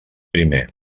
primer